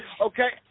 Okay